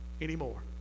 anymore